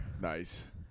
Nice